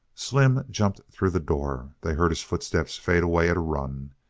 slim jumped through the door. they heard his footsteps fade away at a run.